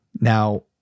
Now